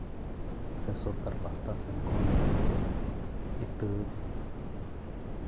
ᱥᱮ ᱥᱚᱨᱠᱟᱨ ᱯᱟᱥᱴᱟ ᱥᱮᱱ ᱠᱷᱚᱱ ᱤᱛᱟᱹ